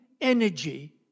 energy